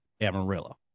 Amarillo